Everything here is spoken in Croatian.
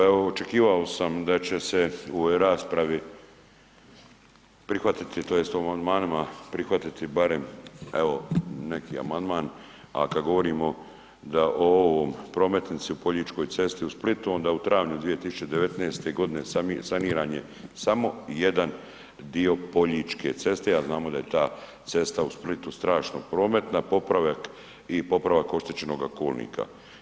Evo očekivao sam da će se u ovoj raspravi prihvatiti tj. u amandmanima prihvatiti barem evo neki amandman a kad govorimo da o ovoj prometnici u Poljičkoj cesti u Splitu onda u travnju 2019. saniran je samo jedan dio Poljičke ceste a znamo da je ta cesta u Splitu strašno prometna, popravak i popravak oštećenoga kolnika.